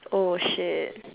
oh shit